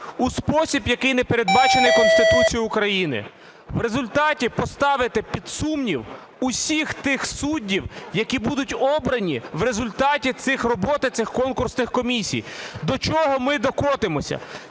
у спосіб, який не передбачений Конституцією України, в результаті поставите під сумнів усіх тих суддів, які будуть обрані в результаті роботи цих конкурсних комісій. До чого ми докотимося?